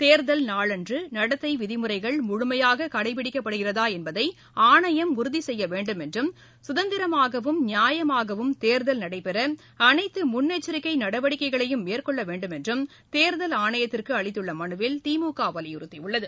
தேர்தல் நாளன்று நடத்தை விதிமுறைகள் முழுமையாக கடைபிடிக்கப்படுகின்றனவா என்பதை ஆணையம் உறுதி செய்ய வேண்டும் என்றும் சுதந்திரமாகவும் நியாயமாகவும் தேர்தல் நடைபெற அனைத்து முன்னெச்சரிக்கை நடவடிக்கைகளையும் மேற்கொள்ள வேண்டும் என்றும் தேர்தல் ஆணையத்திற்கு அளித்துள்ள மனுவில் திமுக வலியுறுத்தியுள்ளது